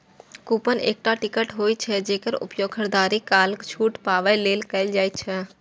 coupon एकटा ticket होइ छै, जेकर उपयोग खरीदारी काल छूट पाबै लेल कैल जाइ छै